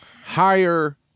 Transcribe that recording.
higher